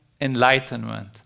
enlightenment